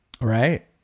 right